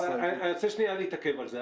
אבל אני רוצה שנייה להתעכב על זה.